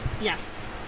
Yes